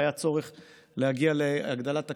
והיה צורך להגיע להגדלת תקציב,